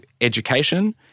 education